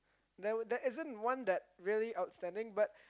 there there isn't one that really outstanding but